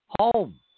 home